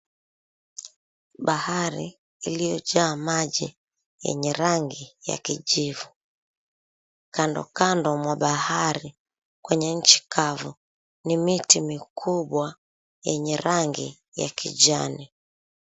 Bahari iliyojaa maji yenye rangi ya kijivu. Kandokando ya bahari kwenye nchi kavu ni miti mikubwa yenye rangi ya kijani.